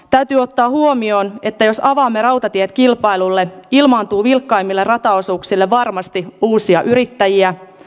täytyy ottaa huomioon että jos avaamme rautatiet kilpailulle ilmaantuu vilkkaimmille rataosuuksille varmasti uusia yrittäjiä